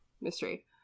mystery